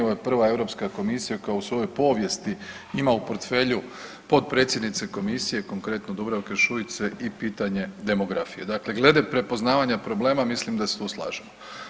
Ovo je prva Europska komisija koja u svojoj povijesti ima u portfelju potpredsjednice komisije, konkretno Dubravke Šuice i pitanje demografije, dakle glede prepoznavanja problema mislim da se tu slažemo.